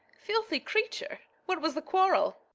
filthy creature what was the quarrel?